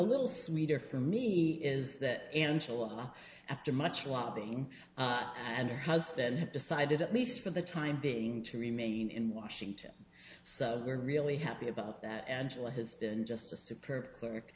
sweeter for me is that angela after much lobbying and her husband have decided at least for the time being to remain in washington so we're really happy about that angela has been just a super clerk